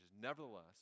nevertheless